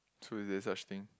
so is there such thing